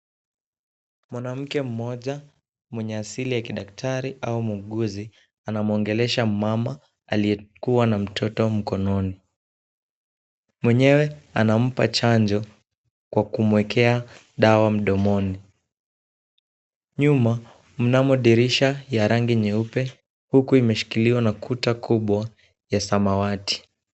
Mwanamke mmoja mwenye asili ya kidaktari au muuguzi, anamwongelesha mama aliyekuwa na mtoto mikononi. Mwenyewe anampa chanjo kwa kumwekea dawa mdomoni. Nyuma mnamo dirisha ya rangi nyeupe huku imeshikiliwa na kuta kubwa, ya samawati.